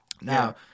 now